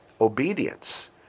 obedience